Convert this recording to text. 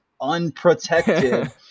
unprotected